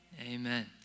amen